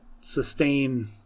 sustain